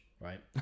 right